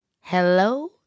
Hello